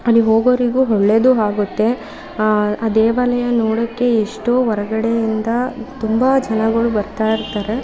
ಅಲ್ಲಿ ಹೋಗೋರಿಗೂ ಒಳ್ಳೆಯದೂ ಆಗುತ್ತೆ ಆ ದೇವಾಲಯ ನೋಡೋಕೆ ಎಷ್ಟೋ ಹೊರ್ಗಡೆಯಿಂದ ತುಂಬ ಜನಗಳು ಬರ್ತಾ ಇರ್ತಾರೆ